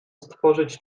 stworzyć